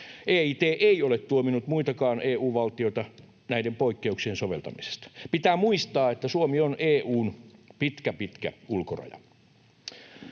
EIT ei ole tuominnut muitakaan EU-valtioita näiden poikkeuksien soveltamisesta. Pitää muistaa, että Suomi on EU:n pitkä, pitkä ulkoraja.